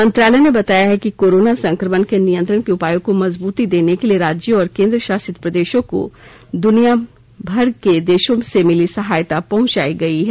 मंत्रालय ने बताया है कि कोरोना संक्रमण के नियंत्रण के उपायों को मजबूती देने के लिए राज्यों और केन्द्रशासित प्रदेशो को दुनिया भर के देशों से मिली सहायता पहुंचाई गई है